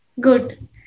Good